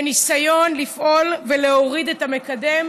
בניסיון לפעול ולהוריד את המקדם,